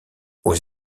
aux